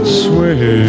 sway